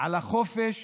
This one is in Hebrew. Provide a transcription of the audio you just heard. על החופש